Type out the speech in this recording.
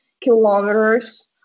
kilometers